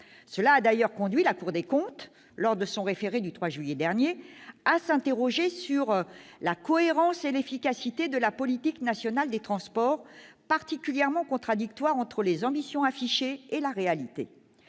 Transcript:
Cela a d'ailleurs conduit la Cour des comptes, dans son référé du 3 juillet dernier, à s'interroger sur la cohérence et l'efficacité de la politique nationale des transports, particulièrement contradictoire entre les ambitions affichées et la réalité.